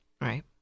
Right